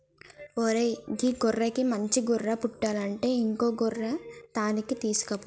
ఓరై గీ గొర్రెకి మంచి గొర్రె పుట్టలంటే ఇంకో గొర్రె తాన్కి తీసుకుపో